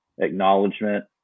acknowledgement